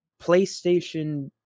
PlayStation